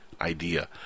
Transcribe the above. idea